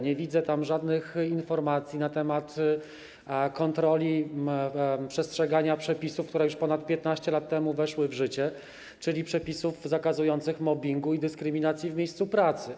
Nie widzę tam żadnych informacji na temat kontroli przestrzegania przepisów, które już ponad 15 lat temu weszły w życie, czyli przepisów zakazujących mobbingu i dyskryminacji w miejscu pracy.